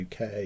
uk